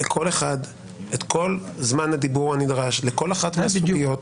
לכל אחד את כל זמן הדיבור הנדרש לכל אחת מהסוגיות,